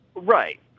Right